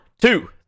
two